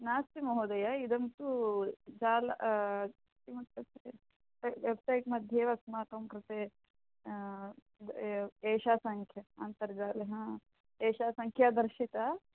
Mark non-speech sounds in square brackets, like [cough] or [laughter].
नास्ति महोदय इदं तु जालं [unintelligible] वेब्सैट्मध्येव अस्माकं कृते एषा सङ्ख्या अन्तर्जालः एषा सङ्ख्या दर्शिता